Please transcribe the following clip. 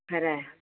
खरं आहे